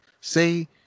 say